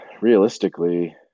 realistically